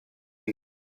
you